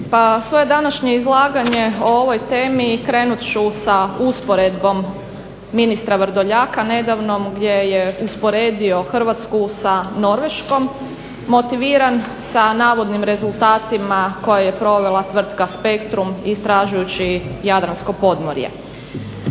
Pa svoje današnje izlaganje o ovoj temi krenut ću sa usporedbom ministra Vrdoljaka nedavno gdje je usporedio Hrvatsku sa Norveškom, motiviran sa navodnim rezultatima koje je provela tvrtka Spectrum istražujući jadransko podmorje.